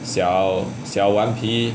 小小顽皮